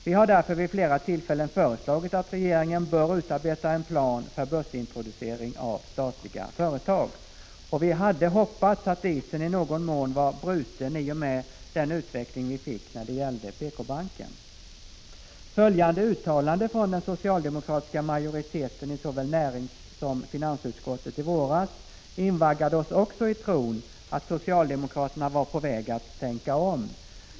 Vi har därför vid flera tillfällen föreslagit att regeringen bör utarbeta en plan för börsintroducering av statliga företag. Och vi hade hoppats att isen i någon mån var bruten i och med den utveckling som vi fick när det gällde PK-banken. Följande uttalande från den socialdemokratiska majoriteten i såväl näringssom finansutskottet i våras invaggade oss också i tron att socialdemokraterna var på väg att tänka om.